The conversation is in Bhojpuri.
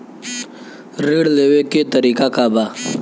ऋण लेवे के तरीका का बा?